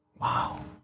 Wow